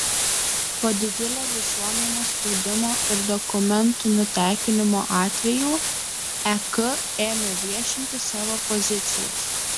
po didžiulio visuomenės spaudimo ir dokumentų nutekinimo atvejų ek ėmė viešinti savo pozicijas